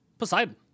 Poseidon